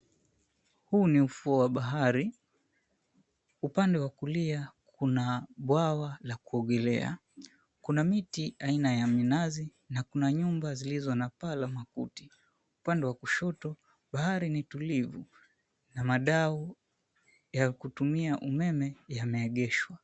Huu ni ufuo wa bahari, upande wa kulia kuna bwawa la kuogelea, kuna miti aina ya minazi, na kuna nyumba zilizo na paa la makuti. Upande wa kushoto, bahari ni tulivu na madau ya kutumia umeme yameegeshwa.